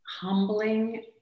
humbling